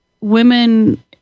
women